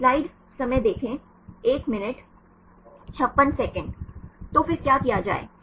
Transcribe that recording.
तो फिर क्या किया जाए